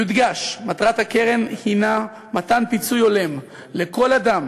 יודגש, מטרת הקמת הקרן הנה מתן פיצוי הולם לכל אדם